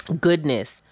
goodness